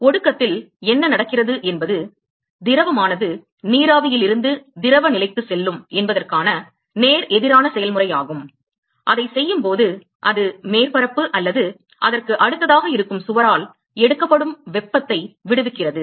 ஒடுக்கத்தில் என்ன நடக்கிறது என்பது திரவமானது நீராவியிலிருந்து திரவ நிலைக்குச் செல்லும் என்பதற்கான நேர் எதிரான செயல்முறையாகும் அதைச் செய்யும்போது அது மேற்பரப்பு அல்லது அதற்கு அடுத்ததாக இருக்கும் சுவரால் எடுக்கப்படும் வெப்பத்தை விடுவிக்கிறது